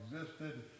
existed